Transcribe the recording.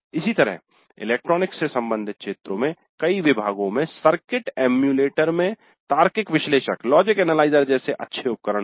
इसी तरह इलेक्ट्रॉनिक्स से संबंधित क्षेत्रों में कई विभागों में सर्किट एमुलेटर में तार्किक विश्लेषक लॉजिक एनालाइज़र जैसे अच्छे उपकरण हैं